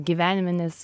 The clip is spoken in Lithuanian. gyvenime nes